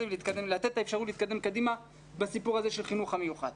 ולתת את האפשרות להתקדם קדימה בסיפור הזה של החינוך המיוחד.